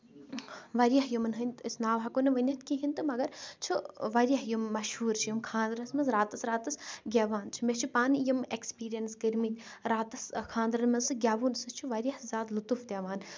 واریاہ یِمن ہٕندۍ أسۍ ناو ہیٚکو نہٕ ؤنِتھ کِہینۍ تہٕ مَگر چھِ واریاہ یِم مَشہوٗر چھِ یِم خاندرس منٛز راتس راتس گیٚوان چھِ مےٚ چھِ پانہٕ یِم اٮ۪کٕسپیرینٕس کٔرمٕتۍ راتس خاندرن منٛز تہٕ گیٚوُن سُہ چھُ واریاہ زیادٕ لُطُف دِوان